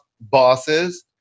bosses